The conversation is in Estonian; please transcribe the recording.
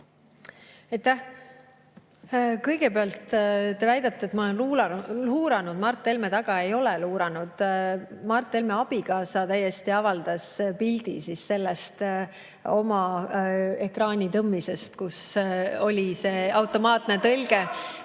Kõigepealt, te väidate, et ma olen luuranud Mart Helme taga. Ei ole luuranud. Mart Helme abikaasa avaldas pildi oma ekraanitõmmisest, kus oli see automaatne tõlge